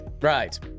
Right